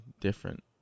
different